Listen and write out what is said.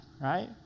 right